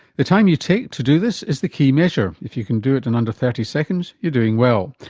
the time you take to do this is the key measure. if you can do it in under thirty seconds you're doing well.